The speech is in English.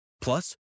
Plus